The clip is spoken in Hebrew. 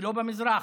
ולא במזרח,